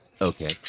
Okay